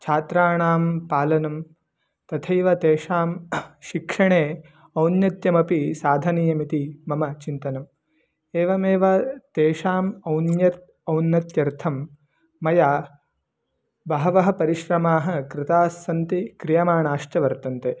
छात्राणां पालनं तथैव तेषां शिक्षणे औन्नत्यमपि साधनीयम् इति मम चिन्तनम् एवमेव तेषाम् औन्नत्यम् औन्नत्यार्थं मया बहवः परिश्रमाः कृताः सन्ति क्रियमाणाश्च वर्तन्ते